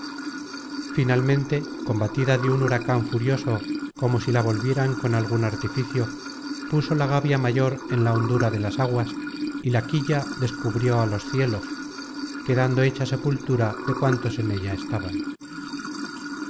finalmente combatida de un huracan furioso como si la volvieran con algun artificio puso la gavia mayor en la hondura de las aguas y la quilla descubrió á los cielos quedando hecha sepultura de cuantos en ella estaban